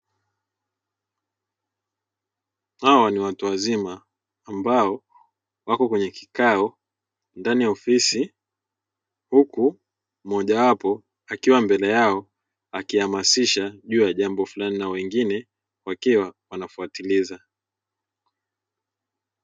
Hawa ni watu wazima ambao wako kwenye kikao ndani ya ofisi, huku mmojawapo akiwa mbele yao akihamasisha juu ya jambo fulani na wengine wakiwa wanafuatiliza.